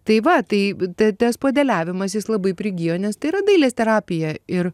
tai va tai ta tas puodeliavimas jis labai prigijo nes tai yra dailės terapija ir